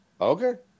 Okay